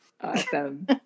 Awesome